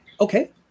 Okay